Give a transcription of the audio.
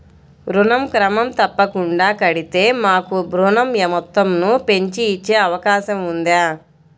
ఋణం క్రమం తప్పకుండా కడితే మాకు ఋణం మొత్తంను పెంచి ఇచ్చే అవకాశం ఉందా?